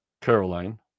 Caroline